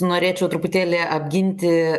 norėčiau truputėlį apginti